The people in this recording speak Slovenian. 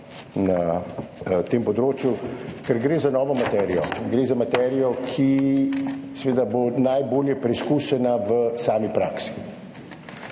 na tem področju, ker gre za novo materijo, gre za materijo, ki bo najbolje preizkušena v sami praksi.